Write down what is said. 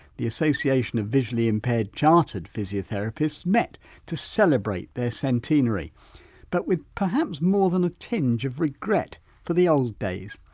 the association of visually impaired chartered physiotherapists met to celebrate their centenary but with perhaps more than a tinge of regret for the old days.